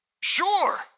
Sure